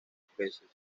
especies